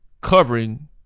covering